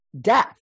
death